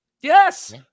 yes